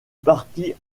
parti